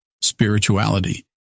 Spirituality